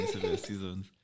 seasons